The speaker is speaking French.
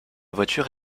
voiture